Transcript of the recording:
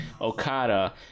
Okada